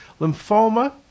Lymphoma